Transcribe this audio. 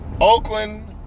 Oakland